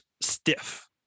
stiff